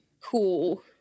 cool